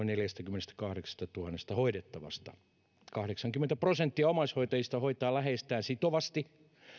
neljästäkymmenestäkahdeksastatuhannesta hoidettavasta kahdeksankymmentä prosenttia omaishoitajista hoitaa läheistään sitovasti